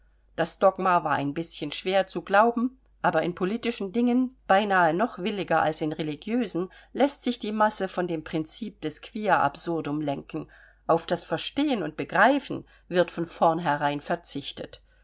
das dogma war ein bischen schwer zu glauben aber in politischen dingen beinahe noch williger als in religiösen läßt sich die masse von dem prinzip des quia absurdum lenken auf das verstehen und begreifen wird von vornherein verzichtet